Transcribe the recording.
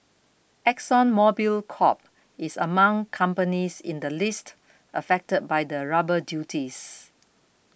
Exxon Mobil Corp is among companies in the list affected by the rubber duties